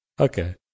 Okay